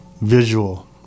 visual